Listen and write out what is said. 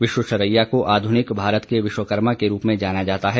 विश्वेश्वरैया को आध्निक भारत के विश्वकर्मा के रूप में जाना जाता है